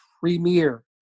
premier